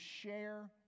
share